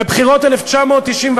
בבחירות 1999,